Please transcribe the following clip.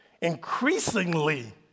increasingly